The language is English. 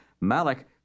Malik